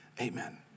Amen